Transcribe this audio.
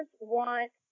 want